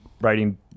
writing